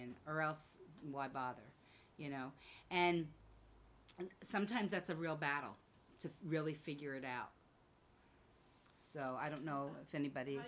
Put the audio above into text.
in or else why bother you know and and sometimes it's a real battle to really figure it out so i don't know if anybody